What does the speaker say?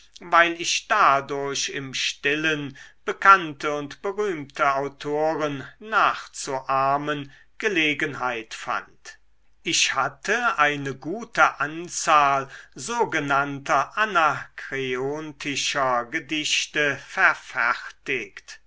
weil ich dadurch im stillen bekannte und berühmte autoren nachzuahmen gelegenheit fand ich hatte eine gute anzahl sogenannter anakreontischer gedichte verfertigt